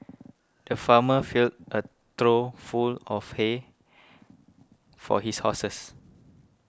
the farmer filled a trough full of hay for his horses